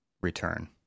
return